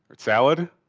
but salad?